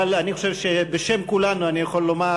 אבל אני חושב שבשם כולנו אני יכול לומר